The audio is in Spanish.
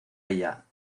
ella